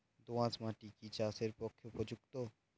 দোআঁশ মাটি কি চাষের পক্ষে উপযুক্ত?